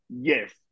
yes